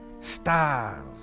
stars